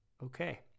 Okay